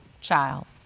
child